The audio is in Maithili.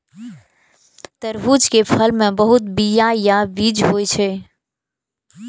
तरबूज के फल मे बहुत बीया या बीज होइ छै